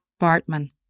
Bartman